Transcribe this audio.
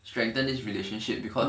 strengthened this relationship because